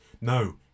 No